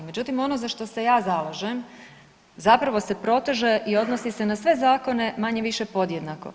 Međutim ono za što se ja zalažem, zapravo se proteže i odnosi se na sve zakone manje-više podjednako.